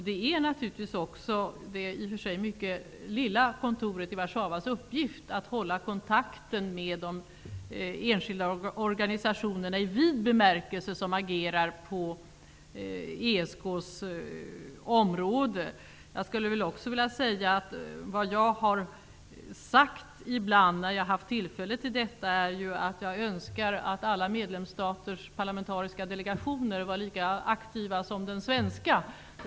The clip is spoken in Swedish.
Det är det i och för sig mycket lilla Warszawakontorets uppgift att hålla kontakten med de enskilda organisationer som agerar på ESK:s område. Jag har när jag har haft tillfälle sagt att jag önskar att alla medlemsstaters parlamentariska delegationer var lika aktiva som den svenska.